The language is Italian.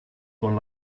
con